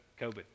COVID